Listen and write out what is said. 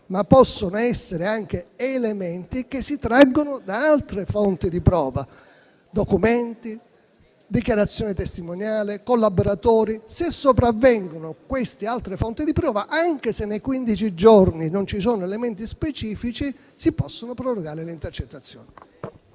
ma possono essere anche elementi che si traggono da altre fonti di prova: documenti, dichiarazioni testimoniali o collaboratori. Se sopravvengono queste altre fonti di prova, anche se nei quindici giorni non ci sono elementi specifici, si possono prorogare le intercettazioni.